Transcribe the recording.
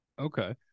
Okay